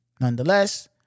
Nonetheless